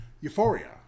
Euphoria